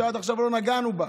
שעד עכשיו לא נגענו בה.